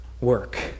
work